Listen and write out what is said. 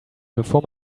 bevor